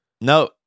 No